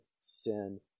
sin